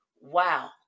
wow